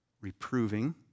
reproving